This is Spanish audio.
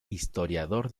historiador